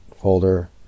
folder